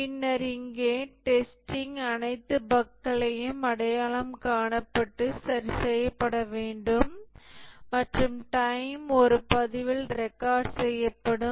பின்னர் இங்கே டெஸ்டிங் அனைத்து பஃக்களையும் அடையாளம் காணப்பட்டு சரி செய்யப்பட வேண்டும் மற்றும் டைம் ஒரு பதிவில் ரெக்கார்ட் செய்யப்படும்